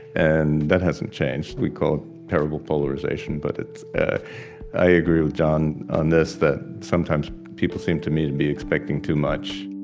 and that hasn't changed. we call it terrible polarization, but it's i agree with jon on this that sometimes people seem, to me, to be expecting too much